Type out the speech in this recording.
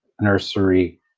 nursery